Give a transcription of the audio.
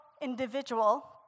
individual